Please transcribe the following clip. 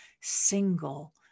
single